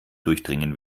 durchdringen